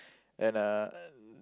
and uh